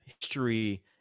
History